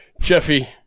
Jeffy